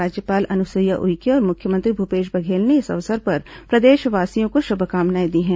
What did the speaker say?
राज्यपाल अनुसुईया उइके और मुख्यमंत्री भूपेश बघेल ने इस अवसर पर प्रदेशवासियों को शुभकामनाएं दी हैं